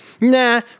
Nah